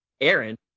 Aaron